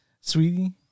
Sweetie